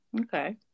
Okay